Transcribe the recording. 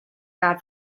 bad